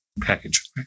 package